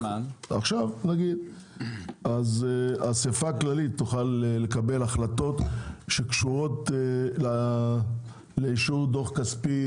אז האסיפה הכללית תוכל לקבל החלטות שקשורות לאישור דוח כספי,